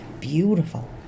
beautiful